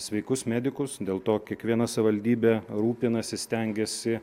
sveikus medikus dėl to kiekviena savivaldybė rūpinasi stengiasi